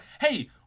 Hey